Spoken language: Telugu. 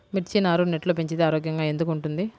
మిర్చి నారు నెట్లో పెంచితే ఆరోగ్యంగా ఎందుకు ఉంటుంది?